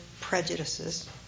prejudices